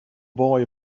boy